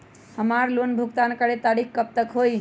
हमार लोन भुगतान करे के तारीख कब तक के हई?